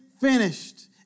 finished